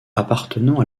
appartenant